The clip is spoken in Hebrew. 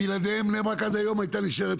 שבלעדיהם בני ברק עד היום כנראה היתה נשארת